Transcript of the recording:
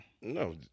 No